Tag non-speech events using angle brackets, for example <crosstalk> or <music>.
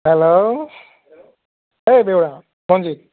hello ঐ বেউৰা <unintelligible>